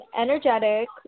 Energetic